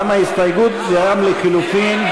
גם ההסתייגות, גם לחלופין.